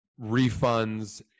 refunds